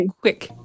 quick